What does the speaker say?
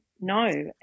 no